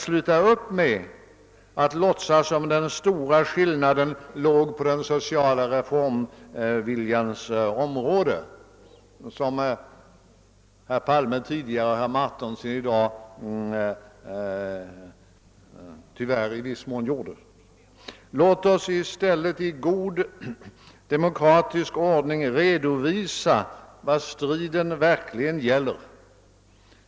Sluta upp med att låtsa som om den stora skillnaden låge på den sociala reformviljans område, som herr Palme tidigare och som herr Martinsson i dag i viss mån tyvärr har gjort. Låt oss i stället i god demokratisk ordning redovisa vad striden verkligen gäller!